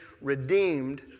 redeemed